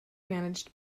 managed